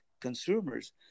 consumers